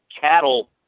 cattle